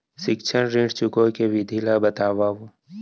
शैक्षिक ऋण चुकाए के विधि ला बतावव